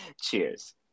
Cheers